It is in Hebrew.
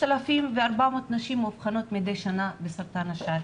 5,400 נשים מאובחנות מדי שנה בסרטן השד,